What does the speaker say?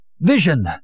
Vision